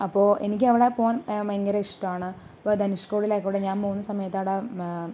അപ്പോൾ എനിക്കവിടെ പോകാൻ ഭയങ്കര ഇഷ്ടമാണ് ഇപ്പോൾ ധനുഷ്കോടിയിലായിക്കോട്ടെ ഞാൻ പോകുന്ന സമയത്തവിടെ